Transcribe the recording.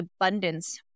abundance